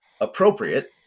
appropriate